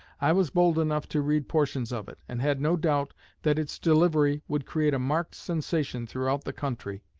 i was bold enough to read portions of it, and had no doubt that its delivery would create a marked sensation throughout the country.